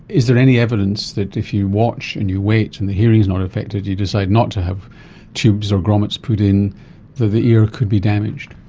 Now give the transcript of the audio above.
is there any evidence that if you watch and you wait and the hearing is not affected, you decide not to have tubes or grommets put in, that the ear could be damaged?